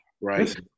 right